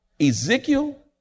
Ezekiel